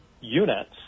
units